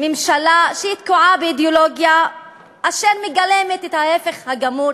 ממשלה שתקועה באידיאולוגיה אשר מגלמת את ההפך הגמור